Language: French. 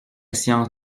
science